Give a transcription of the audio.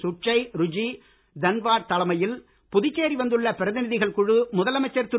சுட்சை ருஜி தன்வாட் தலைமையில் புதுச்சேரி வந்துள்ள பிரதிநிதிகள் குழு முதலமைச்சர் திரு